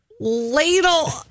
Ladle